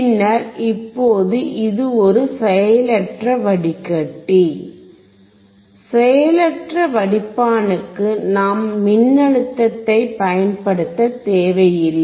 பின்னர் இப்போது இது ஒரு செயலற்ற வடிகட்டி செயலற்ற வடிப்பானுக்கு நாம் மின்னழுத்தத்தைப் பயன்படுத்தத் தேவையில்லை